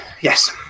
Yes